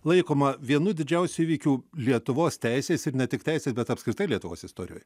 laikoma vienu didžiausiu įvykiu lietuvos teisės ir ne tik teisės bet apskritai lietuvos istorijoj